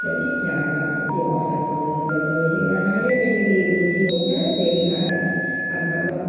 त्यही चाड बाड त्यो असार पन्ध्रमा दही चिउरा खायो केटा केटीहरू खुसी हुन्छ त्यति खाएर आफ्नो आफ्नो